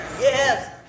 Yes